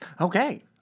Okay